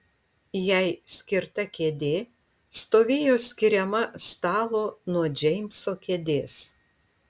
jai skirta kėdė stovėjo skiriama stalo nuo džeimso kėdės